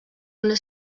una